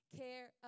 care